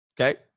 okay